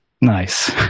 Nice